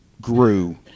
grew